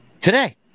Today